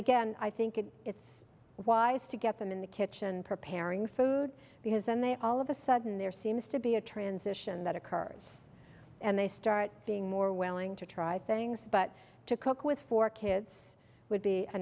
again i think it it's wise to get them in the kitchen preparing food because then they all of a sudden there seems to be a transition that occurs and they start being more willing to try things but to cook with four kids would be a